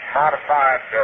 modified